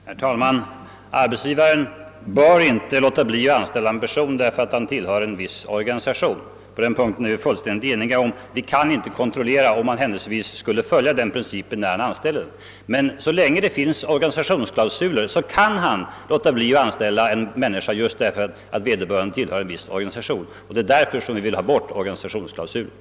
Herr talman! Arbetsgivaren bör inte underlåta att anställa en person därför att vederbörande tillhör en viss organisation — på den punkten är vi fullständigt eniga. Men det är vi också om att vi inte kan kontrollera om arbetsgivaren vid anställandet följer den principen. Där det finns organisationsklausuler har emellertid arbetsgivaren möjlighet att låta bli att anställa en människa just därför att vederbörande tillhör en viss organisation. Därför vill vi ha bort organisationsklausulerna.